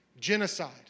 genocide